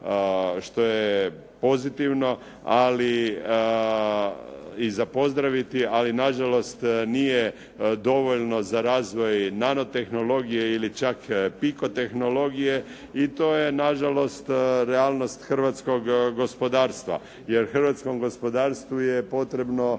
što je pozitivno, ali i za pozdraviti, ali na žalost nije dovoljno za razvoj nanotehnologije ili čak pikotehnologije i to je na žalost realnost hrvatskog gospodarstva. Jer hrvatskom gospodarstvu je potrebno